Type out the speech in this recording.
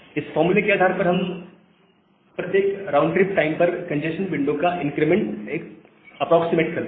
इस फार्मूले के आधार पर हम प्रत्येक राउंड ट्रिप टाइम पर कंजेस्शन विंडो का इंक्रीमेंट एप्रोक्सीमेट करते हैं